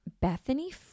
Bethany